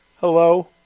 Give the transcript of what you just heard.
Hello